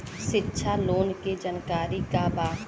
शिक्षा लोन के जानकारी का बा?